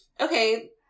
okay